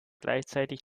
gleichzeitig